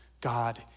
God